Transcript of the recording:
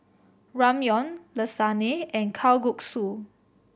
Ramyeon Lasagne and Kalguksu